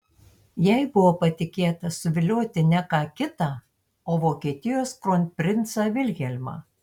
jai buvo patikėta suvilioti ne ką kitą o vokietijos kronprincą vilhelmą